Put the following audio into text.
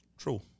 True